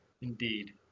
Indeed